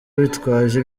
bitwaje